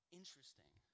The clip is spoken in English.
interesting